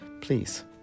please